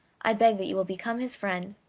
i beg that you will become his friend.